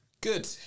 Good